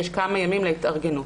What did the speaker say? יש כמה ימים להתארגנות.